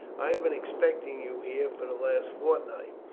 i have been expecting you here for the last fortnight.